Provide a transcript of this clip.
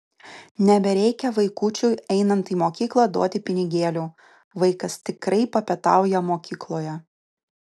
nebereikia vaikučiui einant į mokyklą duoti pinigėlių vaikas tikrai papietauja mokykloje